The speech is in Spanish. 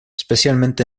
especialmente